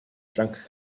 frank